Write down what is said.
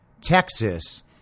texas